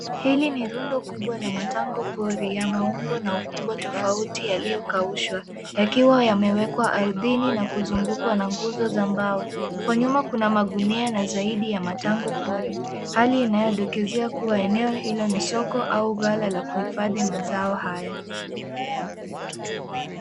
Hili ni rundo kubwa la matango pori ya maumbo na ukubwa tofauti yaliyokaushwa yakiwa yamewekwa ardhini na kuzungukwa na nguzo za mbao. Kwa nyuma kuna magunia na zaidi ya matango pori hali inayodokezea kuwa eneo hilo ni soko au gala la kuhifadhi mazao haya.